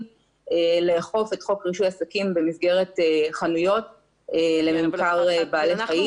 לאכוף את חוק רישוי עסקים במסגרת חנויות לממכר בעלי חיים.